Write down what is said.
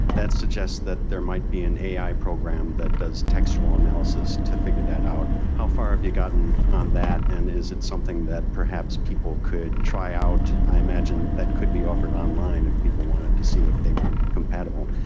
that suggests that there might be an ai program that does textual analysis to figure that out. how far have you gotten on that, and is it something that perhaps people could try out? i imagine that could be offered online if people wanted to see if they were compatible.